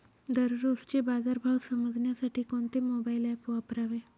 दररोजचे बाजार भाव समजण्यासाठी कोणते मोबाईल ॲप वापरावे?